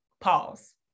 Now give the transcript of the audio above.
pause